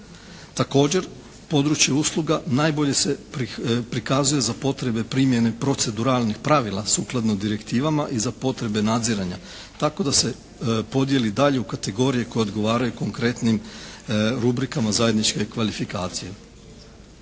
Također područje usluga najbolje se prikazuje za potrebe primjene proceduralnih pravila sukladno direktivama i za potrebe nadziranja tako da se podjeli dalje u kategorije koje odgovaraju konkretnim rubrikama zajedničke kvalifikacije.